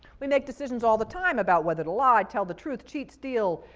we make decisions all the time about whether to lie, tell the truth, cheat, steal,